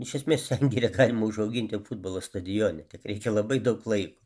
iš esmės sengirę galima užauginti futbolo stadione tik reikia labai daug laiko